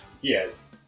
Yes